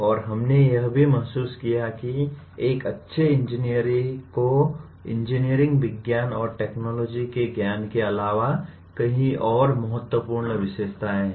और हमने यह भी महसूस किया कि एक अच्छे इंजीनियर को इंजीनियरिंग विज्ञान और टेक्नोलॉजी के ज्ञान के अलावा कई और महत्वपूर्ण विशेषताएं हैं